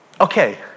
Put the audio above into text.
okay